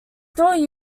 still